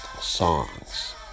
songs